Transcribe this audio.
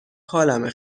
حالمه